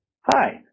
Hi